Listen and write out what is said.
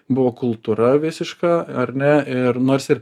buvo kultūra visiška ar ne ir nors ir